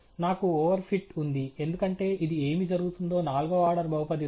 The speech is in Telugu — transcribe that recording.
నాకు ఓవర్ ఫిట్ ఉంది ఎందుకంటే ఇది ఏమి జరుగుతుందో నాల్గవ ఆర్డర్ బహుపది రూపం